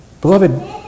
Beloved